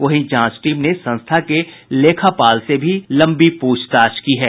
वहीं जांच टीम ने संस्था के लेखापाल से भी पूछताछ की है